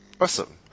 Awesome